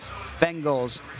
Bengals